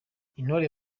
intore